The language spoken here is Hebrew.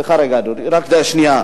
סליחה, רגע, אדוני, רק שנייה.